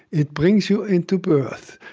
it brings you into birth.